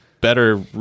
better